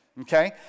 Okay